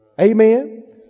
Amen